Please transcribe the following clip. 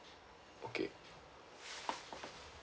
okay